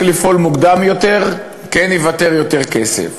לפעול מוקדם יותר כן ייוותר יותר כסף,